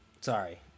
sorry